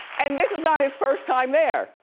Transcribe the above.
and this is not his first time there.